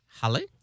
Holly